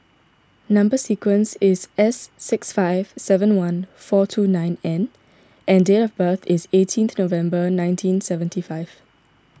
Number Sequence is S six five seven one four two nine N and date of birth is eighteenth November nineteen seventy five